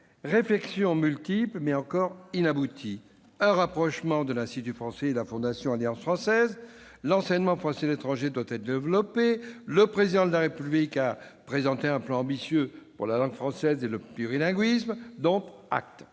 réflexions multiples, encore inabouties. Un rapprochement de l'Institut français et de la Fondation Alliance française est en cours. L'enseignement français à l'étranger doit être développé. Le Président de la République a présenté un plan ambitieux pour la langue française et le plurilinguisme. Dont acte